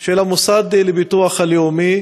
של המוסד לביטוח לאומי,